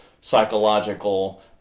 psychological